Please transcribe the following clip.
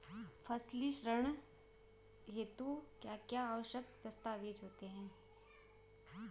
फसली ऋण हेतु क्या क्या आवश्यक दस्तावेज़ होते हैं?